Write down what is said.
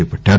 చేపట్టారు